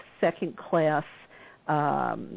second-class